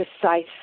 precise